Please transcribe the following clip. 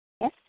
Yes